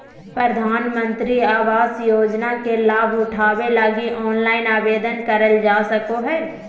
प्रधानमंत्री आवास योजना के लाभ उठावे लगी ऑनलाइन आवेदन करल जा सको हय